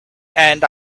and